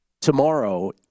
tomorrow